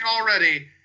already